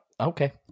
okay